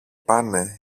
πάνε